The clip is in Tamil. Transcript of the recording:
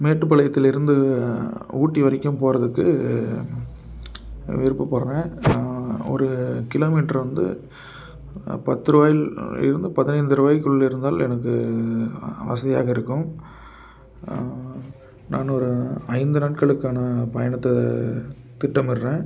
மேட்டுப்பாளையத்துலிருந்து ஊட்டி வரைக்கும் போகிறதுக்கு விருப்பப்படுறேன் நான் ஒரு கிலோமீட்டர் வந்து பத்து ரூபாயில் இருந்து பதினைந்து ரூபாய்க்குள்ள இருந்தால் எனக்கு வசதியாக இருக்கும் நான் ஒரு ஐந்து நாட்களுக்கான பயணத்தை திட்டமிடறேன்